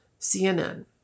CNN